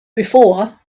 before